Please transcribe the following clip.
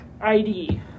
ID